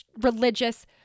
religious